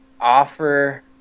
offer